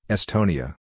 Estonia